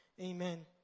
Amen